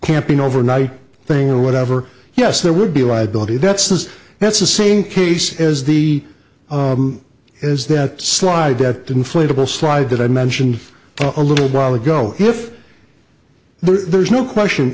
camping overnight thing or whatever yes there would be liability that says that's the same case as the is that slide at the inflatable slide that i mentioned a little while ago if there's no question